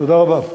תודה רבה.